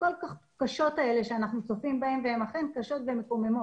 הכול כך קשות האלה שאנחנו צופים בהן והן אכן קשות ומקוממות.